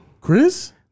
Chris